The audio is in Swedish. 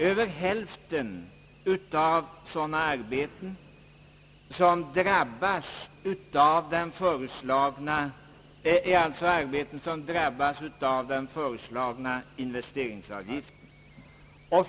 Över hälften är sådana arbeten som drabbas av den föreslagna investeringsavgiften.